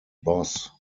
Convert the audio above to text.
boss